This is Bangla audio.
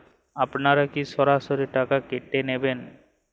আপনারা কি সরাসরি টাকা কেটে নেবেন?